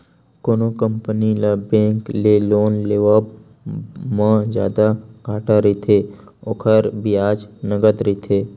कोनो कंपनी ल बेंक ले लोन लेवब म जादा घाटा रहिथे, ओखर बियाज नँगत रहिथे